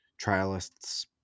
trialists